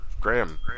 Graham